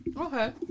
Okay